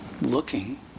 looking